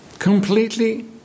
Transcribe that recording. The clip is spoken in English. completely